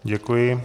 Děkuji.